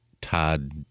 Todd